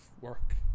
work